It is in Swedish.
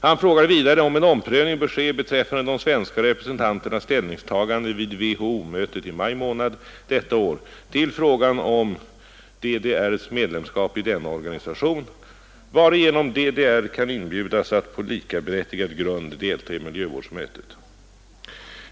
Han frågar vidare om en omprövning bör ske beträffande de svenska representanternas ställningstagande vid WHO-mötet i maj månad detta år till frågan om DDR:s medlemskap i denna organisation, varigenom DDR kan inbjudas att på likaberättigad grund delta i miljövårdsmötet.